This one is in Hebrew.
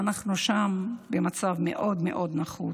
שאנחנו שם במצב מאוד מאוד נחות,